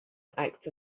act